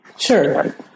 Sure